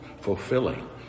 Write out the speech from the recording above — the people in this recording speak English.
fulfilling